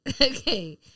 Okay